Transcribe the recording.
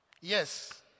Yes